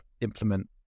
implement